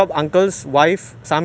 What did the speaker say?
oh that ya ya I know